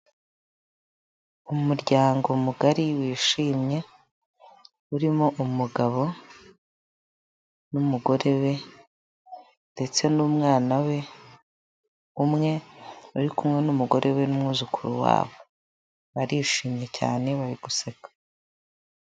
Umuryango mugari wishimye urimo umugabo n'umugore we ndetse n'umwana we, umwe uri kumwe n'umugore we n'umwuzukuru w'abo. Barishimye cyane bari guseka.